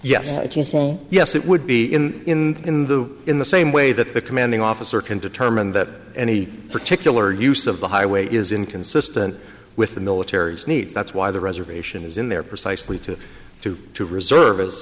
yes yes it would be in in the in the same way that the commanding officer can determine that any particular use of the highway is inconsistent with the military needs that's why the reservation is in there precisely to to to reservists